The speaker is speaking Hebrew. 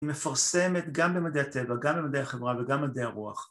מפרסמת גם במדעי הטבע, גם במדעי החברה וגם מדעי הרוח.